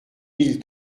mille